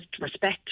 respect